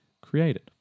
created